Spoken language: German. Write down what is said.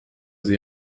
sie